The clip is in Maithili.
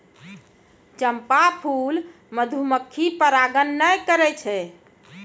चंपा फूल मधुमक्खी परागण नै करै छै